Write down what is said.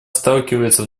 сталкивается